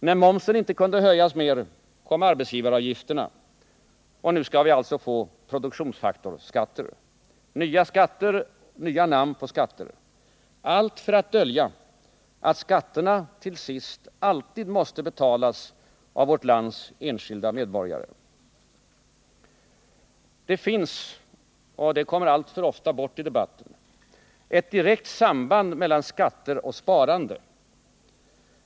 När momsen inte kunde höjas mer, kom arbetsgivaravgifterna. Och nu skall vi alltså få produktionsfaktorsskatter. Nya skatter, nya namn på skatter. Allt för att dölja att skatterna till sist alltid måste betalas av vårt lands enskilda medborgare. Det finns — och det kommer alltför ofta bort i debatten — ett direkt samband mellan skatter och sparande.